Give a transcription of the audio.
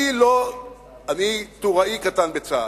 אני טוראי קטן בצה"ל,